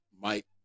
Mike